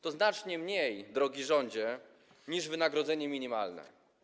To znacznie mniej, drogi rządzie, niż wynagrodzenie minimalne.